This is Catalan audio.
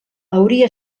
hauria